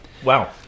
wow